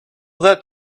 that